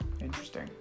Interesting